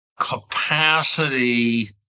capacity